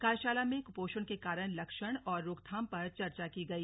कार्यशाला में कुपोषण के कारण लक्षण और रोकथाम पर चर्चा की गई